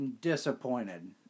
disappointed